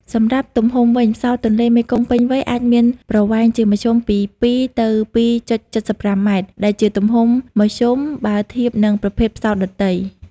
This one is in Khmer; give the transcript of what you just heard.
សម្រាប់់ទំហំវិញ ផ្សោតទន្លេមេគង្គពេញវ័យអាចមានប្រវែងជាមធ្យមពី ២ ទៅ ២.៧៥ ម៉ែត្រ ដែលជាទំហំមធ្យមបើធៀបនឹងប្រភេទផ្សោតដទៃ។